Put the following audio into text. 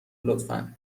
لطفا